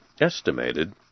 estimated